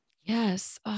Yes